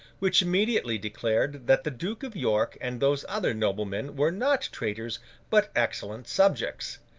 which immediately declared that the duke of york and those other noblemen were not traitors, but excellent subjects.